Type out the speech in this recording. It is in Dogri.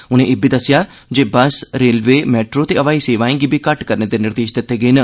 उनें इब्बी दस्सेआ जे बस रेलवे मेट्रो ते ब्हाई सेवाएं गी बी घट्ट करने दे निर्देश दित्ते गे न